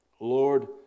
Lord